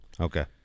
okay